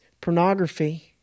pornography